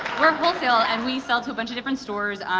we're wholesale and we sell to a bunch of different stores.